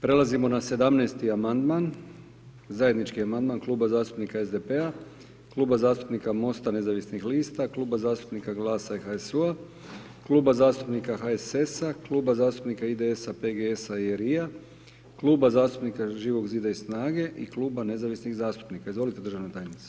Prelazimo na 17.-ti Amandman, zajednički Amandman kluba zastupnika SDP-a, kluba zastupnika Mosta nezavisnih lista, kluba zastupnika Glasa i HSU-a, kluba zastupnika HSS-a, kluba zastupnika IDS-PGS-RI-a, kluba zastupnika Živog zida i Snage i kluba Nezavisnih zastupnika, izvolite državna tajnice.